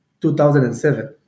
2007